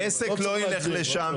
עסק לא ילך לשם.